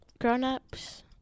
grown-ups